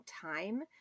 time